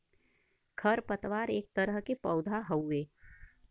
खर पतवार एक तरह के पौधा हउवे